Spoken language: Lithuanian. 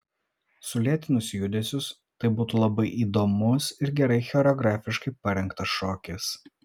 sulėtinus judesius tai būtų labai įdomus ir gerai choreografiškai parengtas šokis